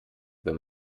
wenn